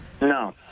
No